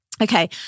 Okay